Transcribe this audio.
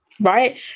right